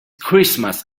christmas